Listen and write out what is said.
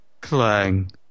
Clang